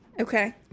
Okay